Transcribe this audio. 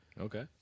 Okay